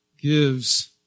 gives